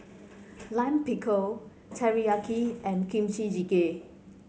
Lime Pickle Teriyaki and Kimchi Jjigae